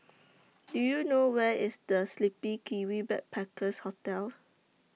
Do YOU know Where IS The Sleepy Kiwi Backpackers Hostel